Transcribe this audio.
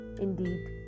Indeed